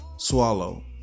swallow